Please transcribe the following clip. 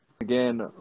again